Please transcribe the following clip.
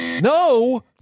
No